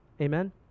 Amen